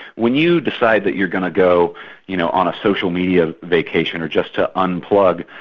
when you decide that you are going to go you know on a social media vacation or just to unplug,